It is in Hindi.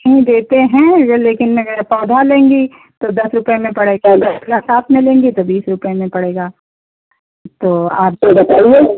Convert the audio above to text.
हम देते हैं अगर लेकिन अगर आप पौधा लेंगी तो दस रुपये में पड़ेगा अगर साथ में लेंगी तो बीस रुपये में पड़ेगा तो आप जो बताइए